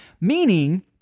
Meaning